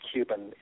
Cuban